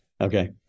Okay